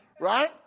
right